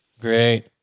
Great